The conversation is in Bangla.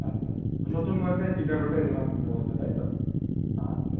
আচ্ছা আচ্ছা নতুনগঞ্জের ফিডার রোডে ঐ দোকান খুলবে বলছো তাই তো আচ্ছা